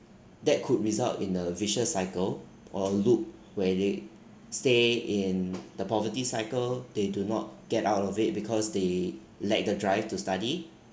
that could result in a vicious cycle or loop where they stay in the poverty cycle they do not get out of it because they lack the drive to study